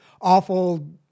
awful